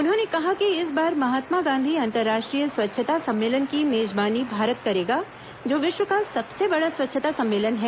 उन्होंने कहा कि इस बार महात्मा गांधी अंतर्राष्ट्रीय स्वच्छता सम्मेलन की मेजबानी भारत करेगा जो विश्व का सबसे बड़ा स्वच्छता सम्मेलन है